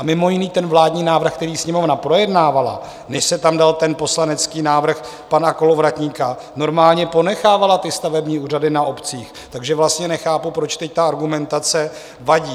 A mimo jiné, ten vládní návrh, který Sněmovna projednávala, než se tam dal poslanecký návrh pana Kolovratníka, normálně ponechával stavební úřady na obcích, takže vlastně nechápu, proč teď ta argumentace vadí.